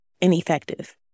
ineffective